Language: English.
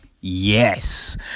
Yes